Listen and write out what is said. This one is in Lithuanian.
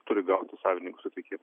turi gauti savininkų sutikimą